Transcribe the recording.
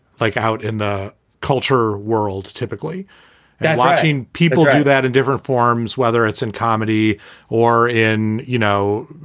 like out in the culture world, typically watching people do that in different forms, whether it's in comedy or in, you know,